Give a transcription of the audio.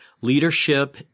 leadership